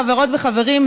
חברות וחברים,